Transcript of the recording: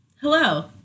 Hello